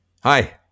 Hi